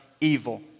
evil